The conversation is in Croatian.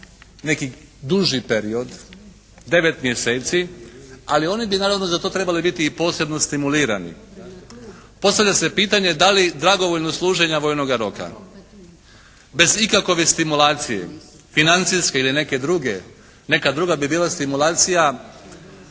neki duži period, 9 mjeseci. Ali oni bi naravno za to trebali biti i posebno stimulirani. Postavlja se pitanje da li, dragovoljno služenja vojnoga roka? Bez ikakove stimulacije, financijske ili neke druge. Neka druga bi bila stimulacija